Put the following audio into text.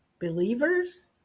believers